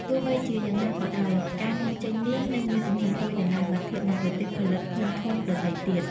ទោះបីជាយ៉ាងណាក៏ដោយ ការនាំចេញនេះនៅមានទំហំតូចនៅឡើយ បើធៀបនឹងប្រទេសផលិតធំៗដទៃទៀត។